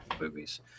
movies